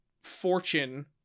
fortune